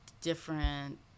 different